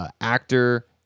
actor